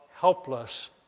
helpless